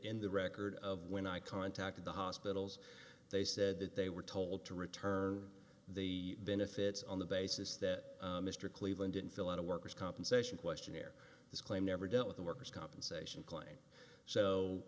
in the record of when i contacted the hospitals they said that they were told to return the benefits on the basis that mr cleveland didn't fill out a worker's compensation questionnaire this claim never dealt with the worker's compensation claim so